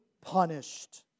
punished